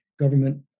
Government